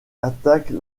attaque